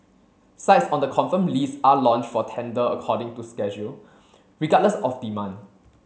sites on the confirmed list are launched for tender according to schedule regardless of demand